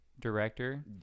director